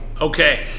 Okay